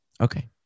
Okay